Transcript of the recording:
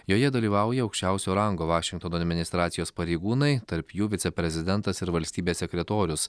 joje dalyvauja aukščiausio rango vašingtono administracijos pareigūnai tarp jų viceprezidentas ir valstybės sekretorius